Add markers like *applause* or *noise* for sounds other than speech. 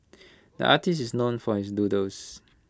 *noise* the artist is known for his doodles